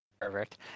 perfect